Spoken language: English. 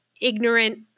ignorant